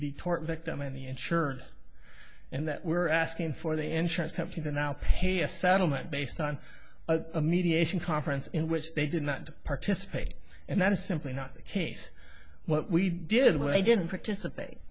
the victim and the insured and that we're asking for the insurance company to now pay a settlement based on a mediation conference in which they did not participate and that is simply not the case what we did when i didn't participate